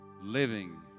living